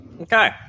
Okay